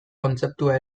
kontzeptua